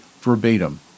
verbatim